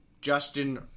Justin